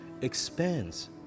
expands